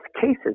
cases